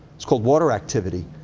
it's called water activity.